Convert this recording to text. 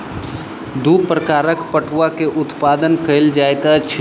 दू प्रकारक पटुआ के उत्पादन कयल जाइत अछि